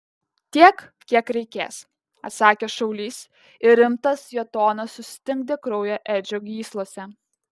tiek kiek reikės atsakė šaulys ir rimtas jo tonas sustingdė kraują edžio gyslose